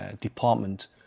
department